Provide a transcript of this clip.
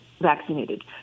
vaccinated